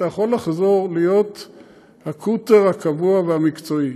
אתה יכול לחזור להיות הקוטר הקבוע והמקצועי.